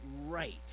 right